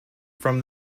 from